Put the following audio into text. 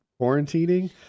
quarantining